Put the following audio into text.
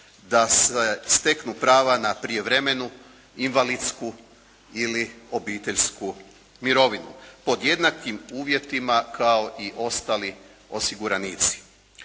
se steknu prava na privremenu, invalidsku ili obiteljsku mirovinu, pod jednakim uvjetima kao i ostali osiguranici.